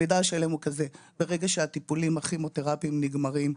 המידע השלם הוא כזה: ברגע שהטיפולים הכימותרפיים נגמרים,